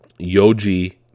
Yoji